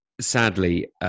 sadly